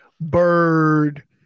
bird